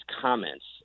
comments